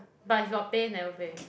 but he got pay never play